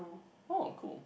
oh cool